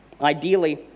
Ideally